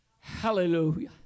Hallelujah